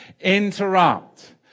interrupt